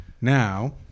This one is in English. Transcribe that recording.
now